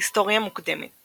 היסטוריה מוקדמת